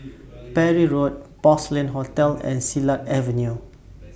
Parry Road Porcelain Hotel and Silat Avenue